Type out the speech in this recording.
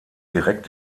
direkt